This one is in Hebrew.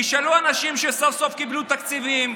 תשאלו אנשים שסוף-סוף קיבלו תקציבים,